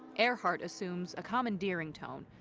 earhart assumes a commandeering tone,